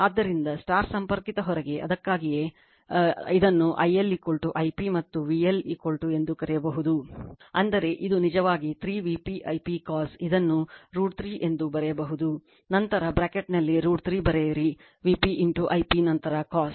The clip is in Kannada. ಆದ್ದರಿಂದ star ಸಂಪರ್ಕಿತ ಹೊರೆಗೆ ಅದಕ್ಕಾಗಿಯೇ ಇದನ್ನು IL I p ಮತ್ತು VL ಎಂದು ಬರೆಯಬಹುದು ಅಂದರೆ ಇದು ನಿಜವಾಗಿ 3 Vp I p cos ಇದನ್ನು √ 3 ಎಂದು ಬರೆಯಬಹುದು ನಂತರ ಬ್ರಾಕೆಟ್ನಲ್ಲಿ √ 3 ಬರೆಯಿರಿ Vp I p ನಂತರ cos